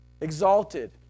exalted